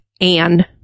Anne